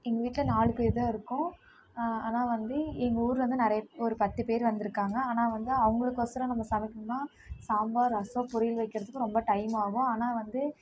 எங்கள் வீட்டில நாலு பேர் தான் இருக்கோம் ஆனால் வந்து எங்கள் ஊர்ல இருந்து நிறைய ஒரு பத்து பேர் வந்திருக்காங்க ஆனால் வந்து அவங்களுக்கொசறோம் நம்ம சமைக்கணும்னா சாம்பார் ரசம் பொரியல் வைக்கிறதுக்கு ரொம்ப டைம் ஆகும் ஆனால் வந்து